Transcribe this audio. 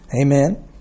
Amen